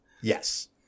Yes